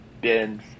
bins